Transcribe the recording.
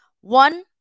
One